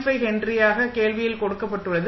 5 ஹென்ரியாக கேள்வியில் கொடுக்கப்பட்டுள்ளது